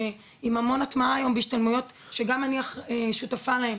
ועם המון הטמעה היום בהשתלמויות שגם אני שותפה להן,